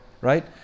right